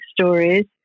stories